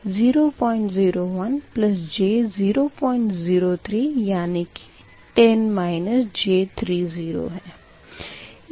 इसी तरह से y13y311Z131001j003 यानी की 10 j30 है